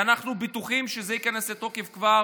ואנחנו בטוחים שזה ייכנס לתוקף כבר